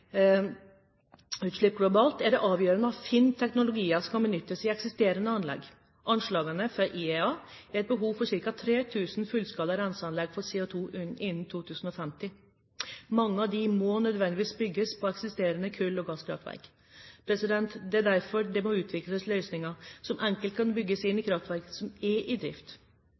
CO2-utslipp globalt er det avgjørende å finne teknologier som kan benyttes i eksisterende anlegg. Anslagene fra IEA er et behov for ca. 3 000 fullskala renseanlegg for CO2 innen 2050. Mange av disse må nødvendigvis bygges på eksisterende kull- og gasskraftverk. Det er derfor det må utvikles løsninger som enkelt kan bygges inn i kraftverk som er i drift.